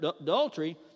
adultery